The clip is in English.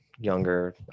Younger